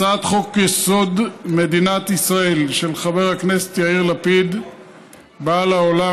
הצעת חוק-יסוד: מדינת ישראל של חבר הכנסת יאיר לפיד באה לעולם,